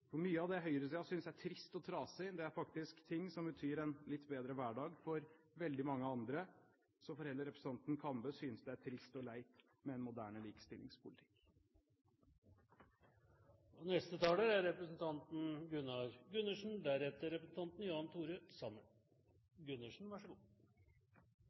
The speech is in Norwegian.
våpendragere. Mye av det høyresiden synes er trist og trasig, er faktisk ting som betyr en litt bedre hverdag for veldig mange andre. Så får heller representanten Kambe synes det er trist og leit med en moderne likestillingspolitikk. Det må da nesten bare være representanten Serigstad Valen som synes det er